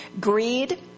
Greed